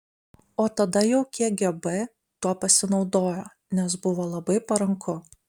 o tada jau kgb tuo pasinaudojo nes buvo labai paranku